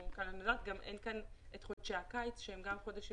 אין כאן את חודשי הקיץ שגם הם חודשים